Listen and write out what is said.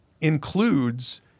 includes